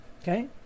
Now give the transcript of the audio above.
Okay